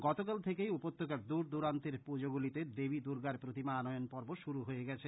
গতকাল থেকেই উপত্যকার দূর দূরান্তের পূজোগুলিতে দেবী দূর্গার প্রতিমা আনয়ন পর্ব শুরু হয়ে গেছে